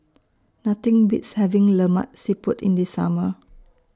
Nothing Beats having Lemak Siput in The Summer